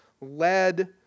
lead